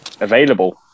available